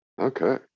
Okay